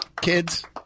Kids